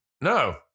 No